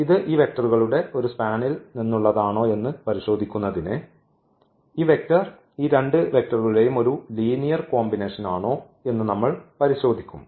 ഇത് ഈ വെക്റ്ററുകളുടെ ഒരു സ്പാനിൽ നിന്നുള്ളതാണോയെന്ന് പരിശോധിക്കുന്നതിന് ഈ വെക്റ്റർ ഈ രണ്ട് വെക്റ്ററുകളുടെ ഒരു ലീനിയർ കോമ്പിനേഷൻ ആണോ എന്ന് നമ്മൾ പരിശോധിക്കും